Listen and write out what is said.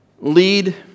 lead